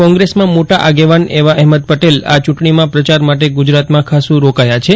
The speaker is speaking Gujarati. કોંગ્રેસમાં મોટા આગેવાન એવા અહેમદ પટેલ આ ચૂંટણીમાં પ્રચાર માટે ગુજરાતમાં ખાસ્સુ રોકાયા છે